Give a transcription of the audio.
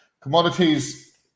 Commodities